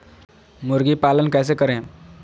मुर्गी पालन कैसे करें?